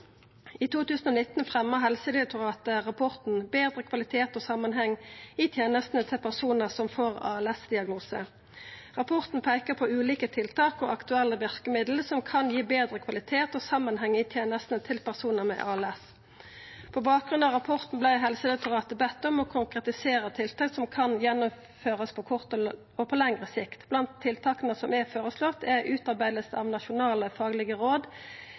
I 2019 fremja Helsedirektoratet rapporten «Bedre kvalitet og sammenheng i tjenestene til personer som får ALS-diagnose». Rapporten peiker på ulike tiltak og aktuelle verkemiddel som kan gi betre kvalitet og samanheng i tenestene til personar med ALS. På bakgrunn av rapporten vart Helsedirektoratet bedt om å konkretisera tiltak som kan gjennomførast på kort og på lengre sikt. Blant tiltaka som er føreslått, er utarbeiding av nasjonale faglege råd